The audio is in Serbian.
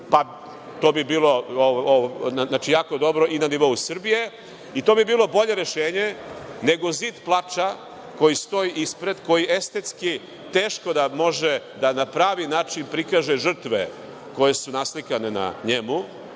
To bi bilo jako dobro i na nivou Srbije i to bi bilo bolje rešenje nego zid plača koji stoji ispred, koji estetski teško da može da na pravi način prikaže žrtve koje su naslikane na njemu.